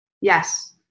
Yes